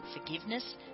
forgiveness